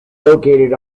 located